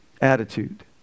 Attitude